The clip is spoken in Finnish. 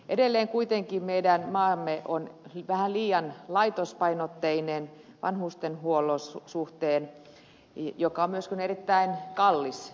edelleen kuitenkin meidän maamme on vähän liian laitospainotteinen vanhustenhuollon suhteen joka on myöskin erittäin kallis asia